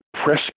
Press